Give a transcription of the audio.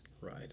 Right